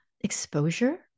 exposure